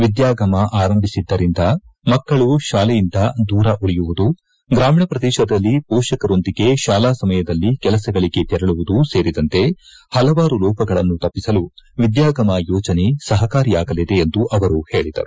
ವಿದ್ಯಾಗಮ ಆರಂಭಿಸಿದ್ದರಿಂದ ಮಕ್ಕಳು ಶಾಲೆಯಿಂದ ದೂರ ಉಳಿಯುವುದು ಗ್ರಾಮೀಣ ಪ್ರದೇಶದಲ್ಲಿ ಮೋಷಕರೊಂದಿಗೆ ಶಾಲಾ ಸಮಯದಲ್ಲಿ ಕೆಲಸಗಳಿಗೆ ತೆರಳುವುದು ಸೇರಿದಂತೆ ಹಲವಾರು ಲೋಪಗಳನ್ನು ತಪ್ಪಿಸಲು ವಿದ್ಯಾಗಮ ಯೋಜನೆ ಸಹಕಾರಿಯಾಗಲಿದೆ ಎಂದು ಅವರು ಹೇಳಿದರು